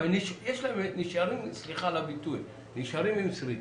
אבל סליחה על הביטוי, הם נשארים עם שריטה.